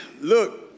Look